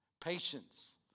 patience